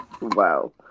wow